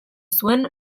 zuen